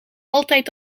altijd